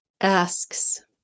Asks